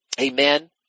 Amen